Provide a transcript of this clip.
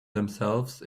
themselves